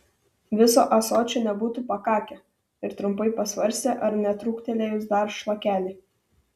viso ąsočio nebūtų pakakę ir trumpai pasvarstė ar netrūktelėjus dar šlakelį